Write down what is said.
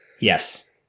Yes